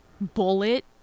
bullet